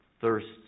thirsts